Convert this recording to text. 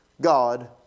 God